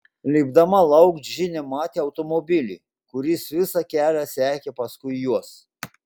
lipdama lauk džinė matė automobilį kuris visą kelią sekė paskui juos